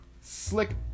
slick